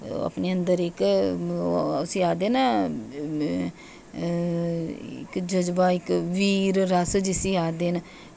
ओह् अपने अंदर उसी आक्खदे न इक्क जजबा इक्क वीर रस जिसी आक्खदे न